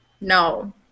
no